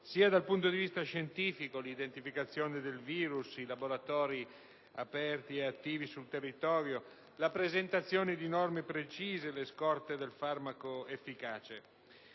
sia dal punto di vista scientifico, quanto all'identificazione del virus, ai laboratori aperti e attivi sul territorio, alla presentazione di norme precise e alle scorte del farmaco efficace.